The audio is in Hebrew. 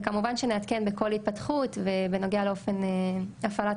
וכמובן שנעדכן בכל התפתחות בנוגע לאופן הפעלת